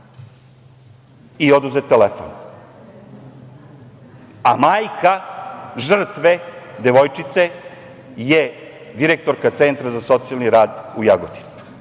i oduzet je telefon, a majka žrtve, devojčice, je direktorka Centra za socijalni rad u Jagodini. Znači,